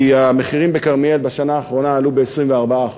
כי המחירים בכרמיאל בשנה האחרונה עלו ב-24%,